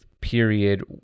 period